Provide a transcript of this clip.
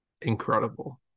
incredible